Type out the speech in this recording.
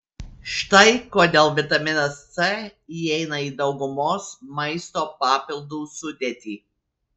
štai kodėl vitaminas c įeina į daugumos maisto papildų sudėtį